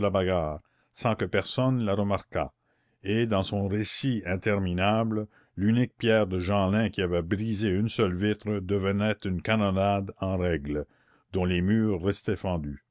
la bagarre sans que personne la remarquât et dans son récit interminable l'unique pierre de jeanlin qui avait brisé une seule vitre devenait une canonnade en règle dont les murs restaient fendus